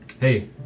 Hey